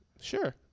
Sure